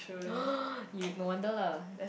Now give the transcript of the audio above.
you no wonder lah